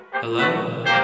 Hello